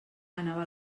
anava